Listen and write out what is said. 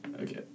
Okay